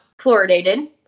fluoridated